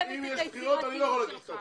אם יש בחירות, אני לא יכול להגיש את ההצעה.